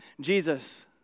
Jesus